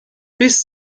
bis